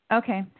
okay